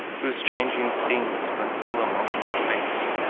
whose changing scenes but fill a moment's space.